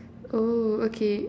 oh okay uh